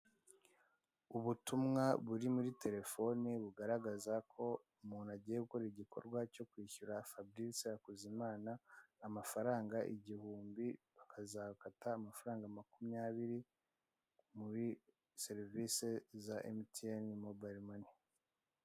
Ubutumwa buri muri telefone bugaragaza ko umuntu agiye gukora igikorwa cyo kwishyura Faburise HAKUZIMANA amafaranga igihumbi bakazakata amafaranga makumyabiri, muri serivise za emutiyeni mobayilo mani.